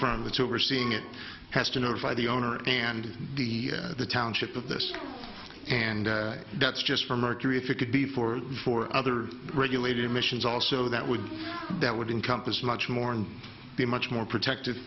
that's overseeing it has to notify the owner and the the township of this and that's just for mercury if it could be for for other regulated emissions also that would that would encompass much more and be much more protective